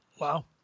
Wow